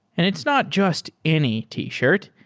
and it's not just any t-shirt.